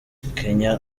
kenya